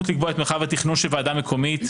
הסמכות לקבוע את מרחב התכנון של ועדה מקומית,